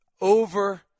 over